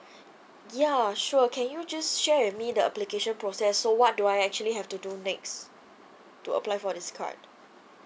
ya sure can you just share with me the application process so what do I actually have to do next to apply for this card